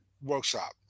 workshop